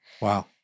Wow